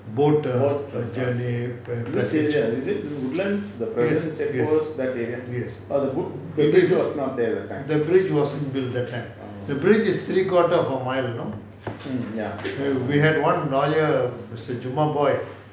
boat err journey yes yes yes the bridge wasn't build that time the bridge is three quarter of a mile you know we had one lawyer mister jumabhoy